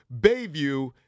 Bayview